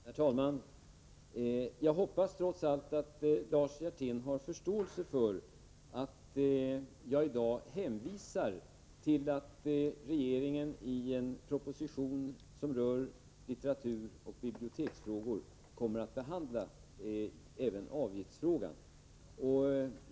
Herr talman! Jag hoppas att Lars Hjertén trots allt har förståelse för att jag i dag hänvisar till att regeringen i en proposition som rör litteraturoch biblioteksfrågor kommer att behandla även avgiftsfrågan.